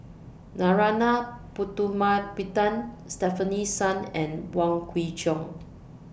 Narana Putumaippittan Stefanie Sun and Wong Kwei Cheong